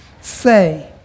say